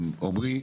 עמרי,